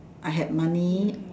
I had money